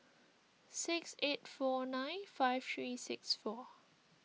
six eight four nine five three six four